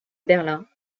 berlin